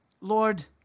Lord